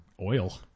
oil